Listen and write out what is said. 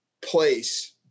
place